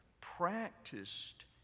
practiced